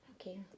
Okay